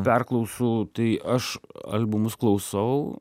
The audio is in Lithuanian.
perklausų tai aš albumus klausau